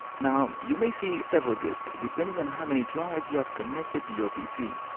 now you may see several disks depending on how many drives you have connected to your pc.